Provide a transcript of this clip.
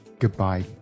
Goodbye